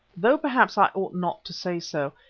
though perhaps i ought not to say so,